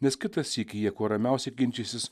nes kitą sykį jie kuo ramiausiai ginčysis